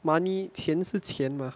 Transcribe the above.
money 钱是钱吗